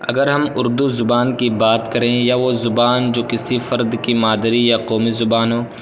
اگر ہم اردو زبان کی بات کریں یا وہ زبان جو کسی فرد کی مادری یا قومی زبان ہو